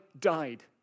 died